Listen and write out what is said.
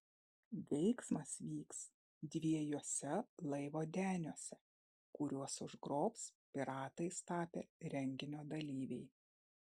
veiksmas vyks dviejuose laivo deniuose kuriuos užgrobs piratais tapę renginio dalyviai